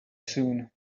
soon